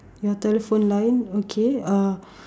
your telephone line okay uh